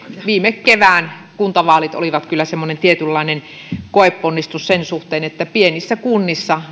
viime kevään kuntavaalit olivat kyllä semmoinen tietynlainen koeponnistus sen suhteen että pienissä kunnissa